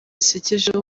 zisekeje